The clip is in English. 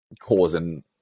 causing